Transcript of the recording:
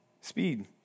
speed